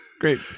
great